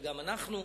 וגם אנחנו,